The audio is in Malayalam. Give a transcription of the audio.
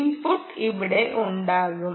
ഇൻപുട്ട് ഇവിടെ ഉണ്ടാകും